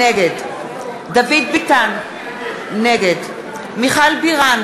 נגד דוד ביטן, נגד מיכל בירן,